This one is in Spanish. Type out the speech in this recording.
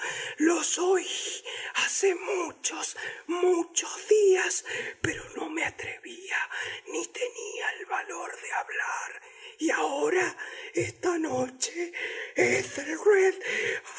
los oí hace muchos muchos días pero no me atrevía no tenía valor de hablar y ahora esta noche